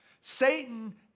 Satan